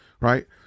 right